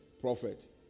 prophet